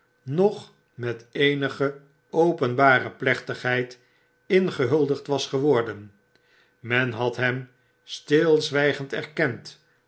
noch met eenige openbare plechtigheid ingehuldigd was geworden men had hem stilzwijgend erkend